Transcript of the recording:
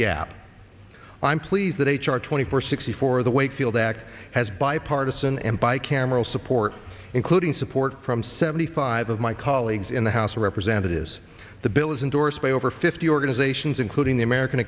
gap i'm pleased that h r twenty four sixty four the wakefield act has bipartisan and by camera support including support from seventy five of my colleagues in the house of representatives the bill is indorsed by over fifty organizations including the american